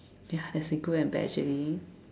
ya there's a good and bad actually